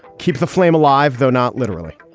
keep the flame alive, though. not literally.